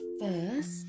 first